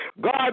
God